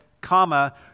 comma